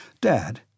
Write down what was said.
Dad